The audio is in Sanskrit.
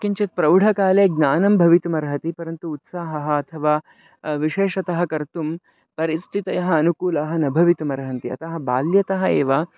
किञ्चित् प्रौढकाले ज्ञानं भवितुम् अर्हति परन्तु उत्साहः अथवा विशेषतः कर्तुं परिस्थितयः अनुकूलाः न भवितुम् अर्हन्ति अतः बाल्यतः एव